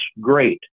great